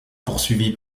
poursuivi